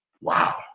Wow